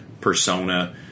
persona